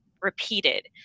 repeated